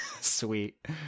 Sweet